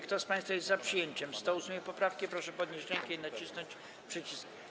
Kto z państwa jest za przyjęciem 108. poprawki, proszę podnieść rękę i nacisnąć przycisk.